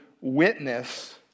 witness